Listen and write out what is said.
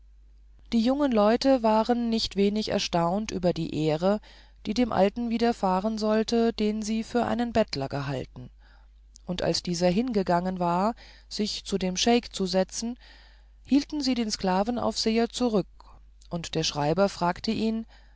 die jungen leute waren nicht wenig erstaunt über die ehre die dem alten widerfahren sollte den sie für einen bettler gehalten und als dieser hingegangen war sich zu dem scheik zu setzen hielten sie den sklavenaufseher zurück und der schreiber fragte ihn